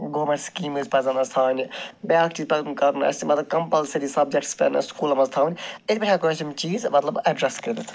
government schemes پَزَن اَسہِ تھاونہِ بیٛاکھ چیٖز پَزَن کَرُن اَسہِ مطلب کَمپَلسٔری سَبجَکٹٕس پنٛنٮ۪ن سکوٗلَن منٛز تھاوٕنۍ یِتھ پٲٹھۍ ہٮ۪کو أسۍ یِم چٖیٖز مطلب اٮ۪ڈرَس کٔرِتھ